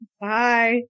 Bye